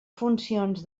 funcions